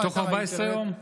שזה תוך 14 יום.